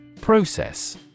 Process